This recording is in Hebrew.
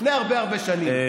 לפני הרבה הרבה שנים,